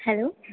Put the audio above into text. hello